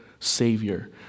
Savior